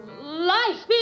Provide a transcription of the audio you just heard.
Life